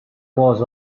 paws